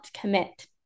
commit